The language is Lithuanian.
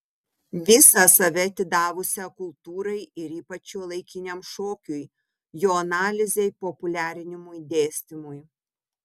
visą save atidavusią kultūrai ir ypač šiuolaikiniam šokiui jo analizei populiarinimui dėstymui